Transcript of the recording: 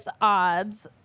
odds